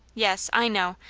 yes, i know.